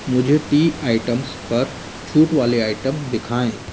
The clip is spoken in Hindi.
मुझे टी आइटम्स पर छूट वाले आइटम दिखाएँ